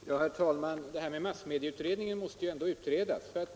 Herr talman! Det här med massmedieutredningen måste ju ändå klarläggas.